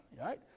right